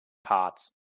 parts